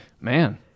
Man